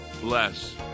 bless